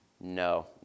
no